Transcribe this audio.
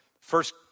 first